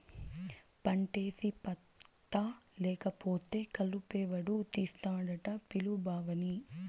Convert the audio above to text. పంటేసి పత్తా లేకపోతే కలుపెవడు తీస్తాడట పిలు బావని